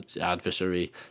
adversary